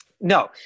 No